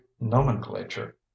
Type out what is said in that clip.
nomenclature